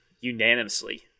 unanimously